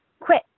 quit